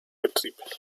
betrieb